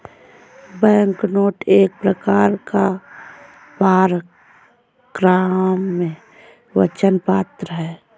banknote एक प्रकार का परक्राम्य वचन पत्र है